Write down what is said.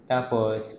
Tapos